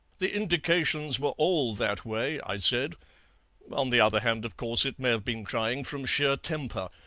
the indications were all that way i said on the other hand, of course, it may have been crying from sheer temper.